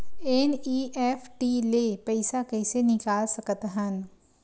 NEFT ले पईसा कइसे निकाल सकत हन?